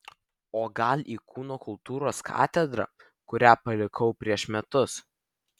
o gal į kūno kultūros katedrą kurią palikau prieš metus